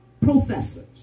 professors